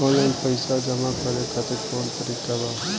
Online पइसा जमा करे खातिर कवन तरीका बा?